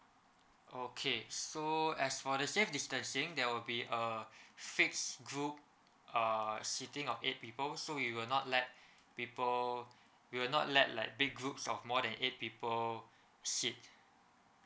okay so as for the safe distancing there will be a fixed group uh seating of eight people so we will not let people we will not let like big groups of more than eight people sit